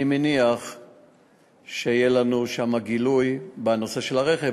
אני מניח שיהיה לנו שם גילוי בנושא של הרכב,